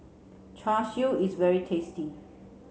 Char Siu is very tasty